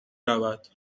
رود